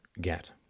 get